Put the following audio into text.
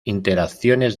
interacciones